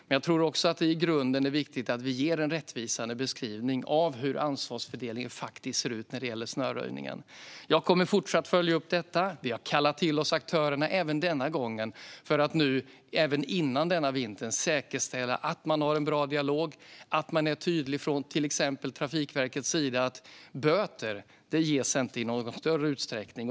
Men jag tror också att det i grunden är viktigt att vi ger en rättvisande beskrivning av hur ansvarsfördelningen faktiskt ser ut när det gäller snöröjningen. Jag kommer fortsatt att följa upp detta. Vi har kallat till oss aktörerna även denna gång för att före vintern säkerställa att man har en bra dialog och att man till exempel från Trafikverket är tydlig med att böter inte ges i någon större utsträckning.